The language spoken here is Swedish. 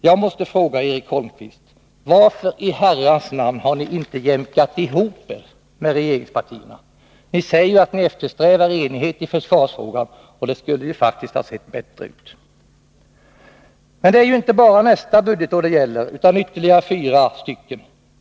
Jag måste fråga Eric Holmqvist: Varför i Herrans namn har ni inte jämkat ihop er med regeringspartierna? Ni säger ju att ni eftersträvar enighet i försvarsfrågan, och det skulle faktiskt ha sett bättre ut. Men det är ju inte bara nästa budgetår det gäller, utan ytterligare fyra stycken.